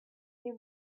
came